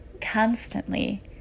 constantly